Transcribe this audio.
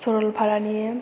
सरलफारानि